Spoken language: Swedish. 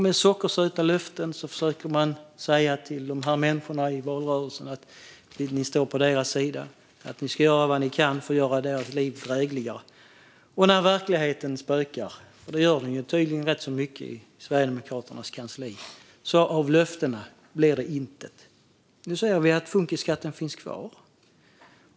Med sockersöta löften försökte man säga till dessa människor i valrörelsen att man står på deras sida och kommer göra vad man kan för att göra deras liv drägligare. Men när verkligheten spökar, vilket den tydligen gör rätt så mycket i Sverigedemokraternas kansli, blev det intet av dessa löften. Nu ser vi att funkisskatten finns kvar.